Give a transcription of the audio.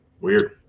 Weird